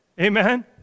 Amen